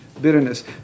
bitterness